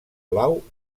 blau